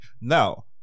Now